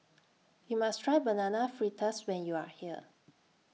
YOU must Try Banana Fritters when YOU Are here